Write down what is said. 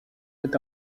est